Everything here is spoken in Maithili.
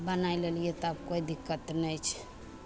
बनाय लेलियै तऽ आब कोइ दिक्कत नहि छै